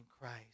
Christ